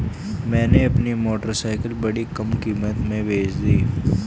मैंने अपनी मोटरसाइकिल बड़ी कम कीमत में बेंच दी